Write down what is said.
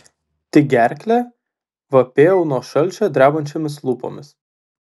tik gerklę vapėjau nuo šalčio drebančiomis lūpomis